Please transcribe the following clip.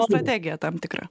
strategija tam tikra